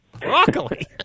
Broccoli